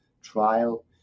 trial